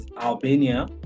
Albania